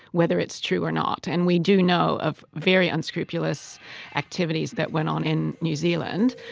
whether it's true or not. and we do know of very unscrupulous activities that went on in new zealand,